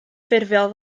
ffurfiol